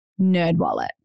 Nerdwallet